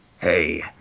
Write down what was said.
Hey